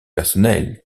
personnel